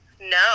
No